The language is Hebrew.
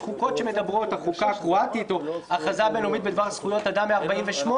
החוקה הקרואטית או ההכרזה הבין-לאומית על זכויות אדם מ-1948